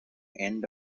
end